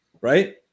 right